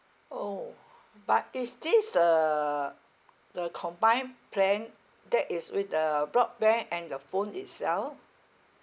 orh but is this uh the combined plan that is with the broadband and the phone itself